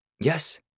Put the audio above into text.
Yes